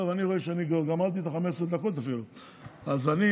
טוב, אני רואה שגמרתי את 15 הדקות, אז אני